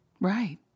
Right